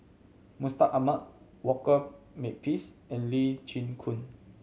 Mustaq Ahmad Walter Makepeace and Lee Chin Koon